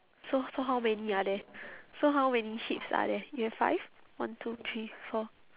so so how many are there so how many sheeps are there you have five one two three four